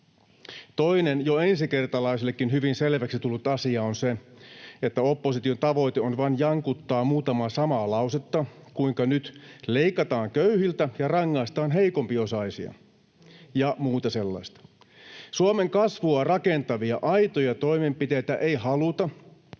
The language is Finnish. Toinen jo ensikertalaisellekin hyvin selväksi tullut asia on se, että opposition tavoite on vain jankuttaa muutamaa samaa lausetta — kuinka nyt leikataan köyhiltä ja rangaistaan heikompiosaisia ja muuta sellaista. Suomen kasvua rakentavia, aitoja toimenpiteitä ei haluta